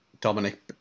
Dominic